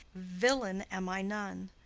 villain am i none.